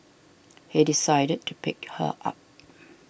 he decided to pick her up